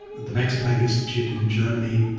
the max planck institute in germany,